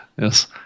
Yes